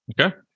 Okay